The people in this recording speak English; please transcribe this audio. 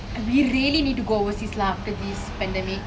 and we really need to go overseas lah after this pandemic